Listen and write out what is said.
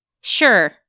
Sure